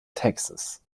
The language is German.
texas